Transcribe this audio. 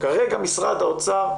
כרגע משרד האוצר,